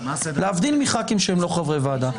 להבדיל מח"כים שהם לא חברי ועדה,